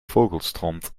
vogelstront